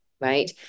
Right